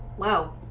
well